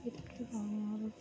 ভেটকি ভাঙন